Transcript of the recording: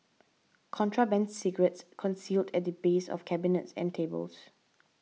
contraband cigarettes concealed at the base of cabinets and tables